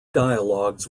dialogues